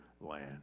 land